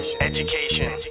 education